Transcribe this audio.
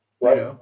right